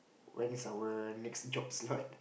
when is our next job slot